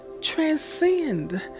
transcend